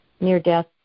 near-death